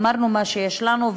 אמרנו מה שיש לנו,